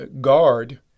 guard